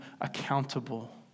accountable